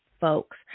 folks